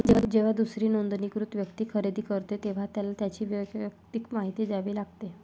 जेव्हा दुसरी नोंदणीकृत व्यक्ती खरेदी करते, तेव्हा त्याला त्याची वैयक्तिक माहिती द्यावी लागते